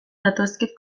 datozkit